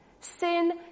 Sin